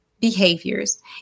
behaviors